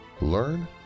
learn